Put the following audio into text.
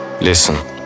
listen